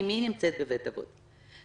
אימי נמצאת בבית אבות,